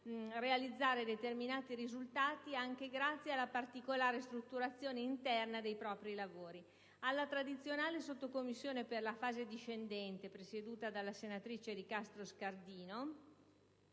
realizzare determinati risultati anche grazie alla particolare strutturazione interna dei propri lavori. Oltre alla tradizionale Sottocommissione per la fase discendente, presieduta dalla senatrice Licastro Scardino,